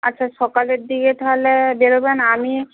আচ্ছা সকালের দিকে তাহলে বেরোবেন আমি